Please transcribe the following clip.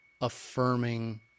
affirming